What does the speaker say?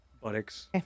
Buttocks